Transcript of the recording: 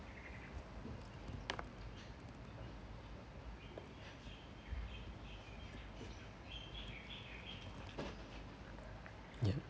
ya